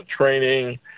training